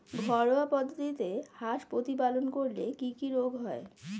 ঘরোয়া পদ্ধতিতে হাঁস প্রতিপালন করলে কি কি রোগ হয়?